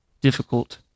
difficult